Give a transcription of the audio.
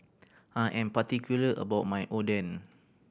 I am particular about my Oden